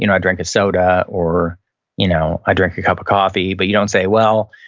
you know i drink a soda or you know i drink a cup of coffee, but you don't say, well,